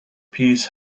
peace